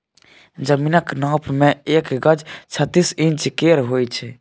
जमीनक नाप मे एक गज छत्तीस इंच केर होइ छै